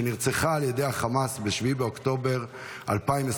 שנרצחה על ידי חמאס ב-7 באוקטובר 2023